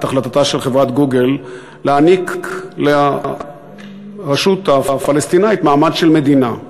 את החלטתה של חברת "גוגל" להעניק לרשות הפלסטינית מעמד של מדינה.